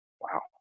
Wow